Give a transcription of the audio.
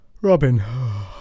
Robin